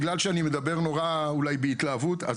בגלל שאני מדבר נורא אולי בהתלהבות,